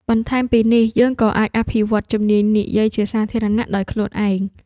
បន្ថែមពីនេះ យើងក៏អាចអភិវឌ្ឍជំនាញនិយាយជាសាធារណៈដោយខ្លួនឯង។